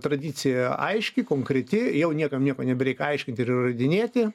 tradicija aiški konkreti jau niekam nieko nebereik aiškinti ir įrodinėti